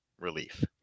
relief